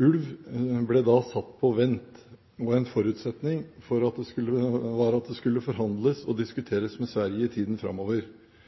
Ulv ble da satt «på vent», og en av forutsetningene var at det skulle forhandles og diskuteres med Sverige i tiden framover.